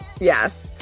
Yes